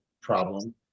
problem